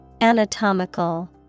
Anatomical